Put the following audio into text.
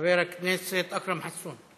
חבר הכנסת אכרם חסון,